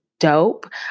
Dope